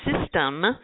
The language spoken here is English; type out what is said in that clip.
system